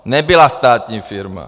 Nebyla státní firma.